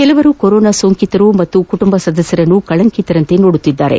ಕೆಲವರು ಕೊರೊನಾ ಸೋಂಕಿತರು ಮತ್ತು ಕುಟುಂಬ ಸದಸ್ಯರನ್ನು ಕಳಂಕಿತರಂತೆ ಸೋಡುತ್ತಿದ್ದಾರೆ